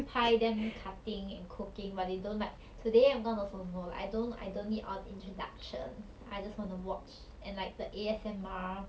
拍 them cutting and cooking but they don't like today I'm gonna like I don't I don't need all the introductions I just want to watch and like the A_S_M_R